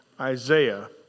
Isaiah